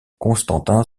constantin